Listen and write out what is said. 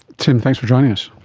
tim, thanks for joining us.